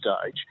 stage